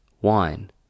wine